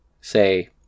Say